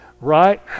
Right